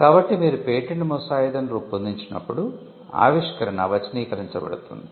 కాబట్టి మీరు పేటెంట్ ముసాయిదాను రూపొందించినప్పుడు ఆవిష్కరణ వచనీకరించబడుతుంది